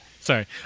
sorry